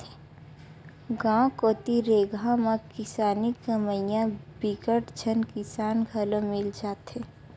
गाँव कोती रेगहा म किसानी कमइया बिकट झन किसान घलो मिल जाथे